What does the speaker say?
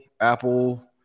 Apple